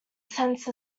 sense